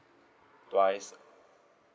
twice